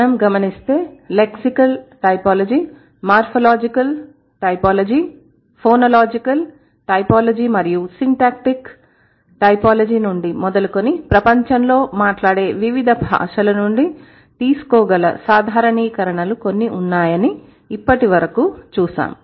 మనం గమనిస్తే lexical typology morphological typology phonological typology మరియు సింటాక్టిక్ టైపోలాజీ నుండి మొదలుకొని ప్రపంచంలో మాట్లాడే వివిధ భాషల నుండి తీసుకోగల సాధారణీకరణలు కొన్ని ఉన్నాయని ఇప్పటివరకు చూశాము